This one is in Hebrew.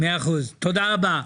תודה רבה.